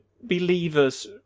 believers